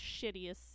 shittiest